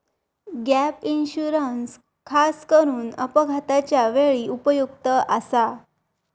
gap insurance खासकरून अपघाताच्या वेळी उपयुक्त आसा